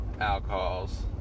alcohols